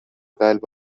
قلب